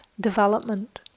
development